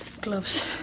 gloves